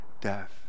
death